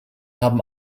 haben